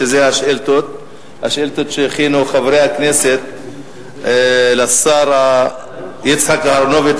שזה השאילתות שהכינו חברי הכנסת לשר יצחק אהרונוביץ,